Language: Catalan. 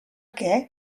què